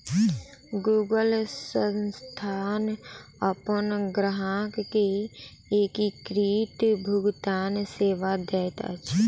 Google संस्थान अपन ग्राहक के एकीकृत भुगतान सेवा दैत अछि